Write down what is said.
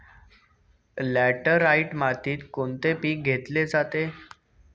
Laterite मातीत कोणते पीक घेतले जाते?